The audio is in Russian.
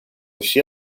все